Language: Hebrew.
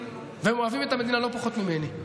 והם אוהבים את המדינה לא פחות ממני,